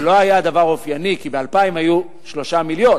זה לא היה דבר אופייני, כי ב-2000 היו 3 מיליון,